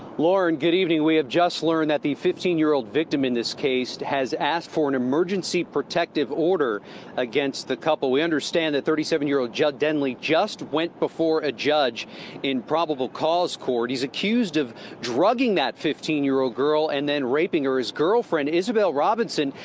and good evening. we have just learned that the fifteen year old victim in this case has asked for an emergency protective order against the couple. we understand thirty seven year old judd denly just went before a judge in probable cause court. he's accused of drugging that fifteen year old girl and then raping her. his girlfriend, isabel robinson,